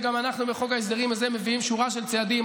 וגם אנחנו בחוק ההסדרים הזה מביאים שורה של צעדים,